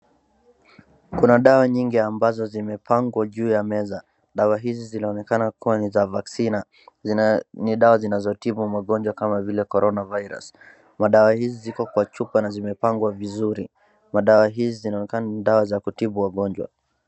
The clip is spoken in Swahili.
Kuna dawa nyingi ambazo zimepangwa juu ya meza, dawa hizi zinaonekana ni za vaccina ni dawa zinazo tibu kama vile CORONA virus madawa hizi ziko kwa chupa na zinepangwa vizuri. Madawa hizi zinaonekana ni za kutibu wagonjwa.